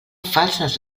falses